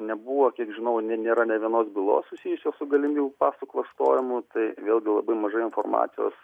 nebuvo kiek žinau ne nėra nė vienos bylos susijusios su galimybių paso klastojimu tai vėlgi labai mažai informacijos